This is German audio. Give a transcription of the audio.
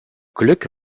glück